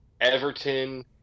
Everton